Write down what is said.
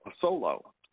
solo